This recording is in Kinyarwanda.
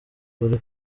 kuri